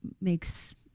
makes